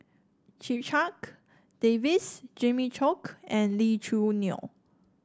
Checha Davies Jimmy Chok and Lee Choo Neo